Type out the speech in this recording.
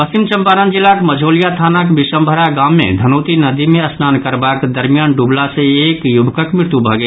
पश्चिम चम्पारण जिलाक मंझौलिया थानाक बिशंभरा गाम मे धनौती नदी मे स्नान करबाक दरमियान डूबला सँ एक युवकक मृत्यु भऽ गेल